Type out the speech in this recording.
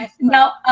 Now